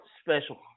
special